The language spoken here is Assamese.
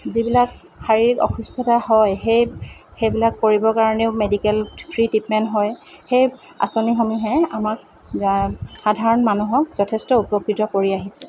যিবিলাক শাৰীৰিক অসুস্থতা হয় সেই সেইবিলাক কৰিবৰ কাৰণেও মেডিকেল ফ্ৰী ট্ৰিটমেণ্ট হয় সেই আঁচনিসমূহে আমাক যাৰ সাধাৰণ মানুহক যথেষ্ট উপকৃত কৰি আহিছে